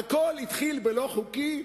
הכול התחיל בלא-חוקי,